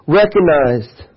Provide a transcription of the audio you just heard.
recognized